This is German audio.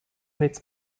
nichts